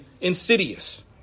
insidious